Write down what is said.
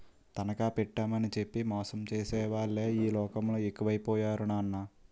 తనఖా పెట్టేమని చెప్పి మోసం చేసేవాళ్ళే ఈ లోకంలో ఎక్కువై పోయారు నాన్నా